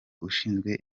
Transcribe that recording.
ushinzwe